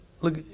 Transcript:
Look